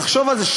תחשוב על זה,